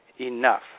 enough